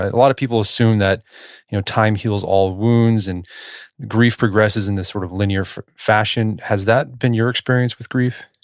a lot of people assume that you know time heals all wounds and grief progresses in this sort of linear fashion. has that been your experience with grief?